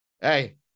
Hey